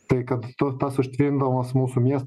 tai kad tu tas užtvindomas mūsų miestų